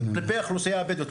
לגבי האוכלוסייה הבדואית.